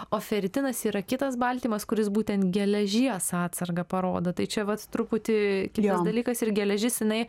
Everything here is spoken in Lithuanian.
o feritinas yra kitas baltymas kuris būtent geležies atsargą parodo tai čia vat truputį kitas dalykas ir geležis jinai